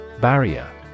Barrier